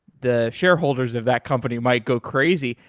the shareholders of that company might go crazy.